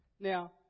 Now